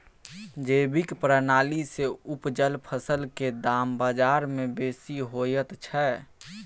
जैविक प्रणाली से उपजल फसल के दाम बाजार में बेसी होयत छै?